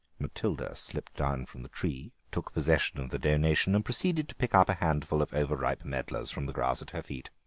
matilda slipped down from the tree, took possession of the donation, and proceeded to pick up a handful of over-ripe medlars from the grass at her feet.